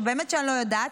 אני באמת שלא יודעת,